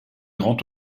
grand